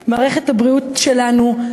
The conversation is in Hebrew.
מערכת הבריאות שלנו,